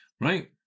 right